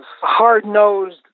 hard-nosed